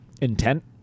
intent